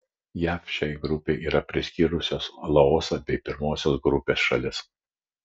jav šiai grupei yra priskyrusios laosą bei pirmosios grupės šalis